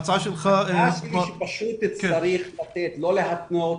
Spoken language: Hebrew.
ההצעה שלי שפשוט צריך לתת, לא להתנות.